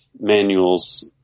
manuals